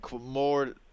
more